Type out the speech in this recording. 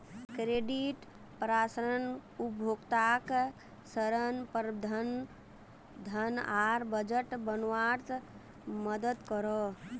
credit परामर्श उपभोक्ताक ऋण, प्रबंधन, धन आर बजट बनवात मदद करोह